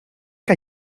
que